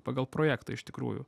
pagal projektą iš tikrųjų